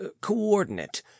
coordinate